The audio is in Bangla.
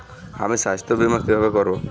আমি স্বাস্থ্য বিমা কিভাবে করাব?